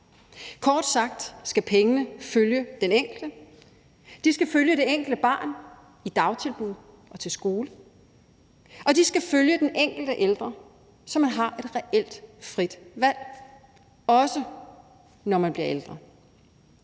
Kort sagt skal pengene følge den enkelte. De skal følge det enkelte barn i dagtilbud og skole, og de skal følge den enkelte ældre, så man har et reelt frit valg, også når man bliver ældre.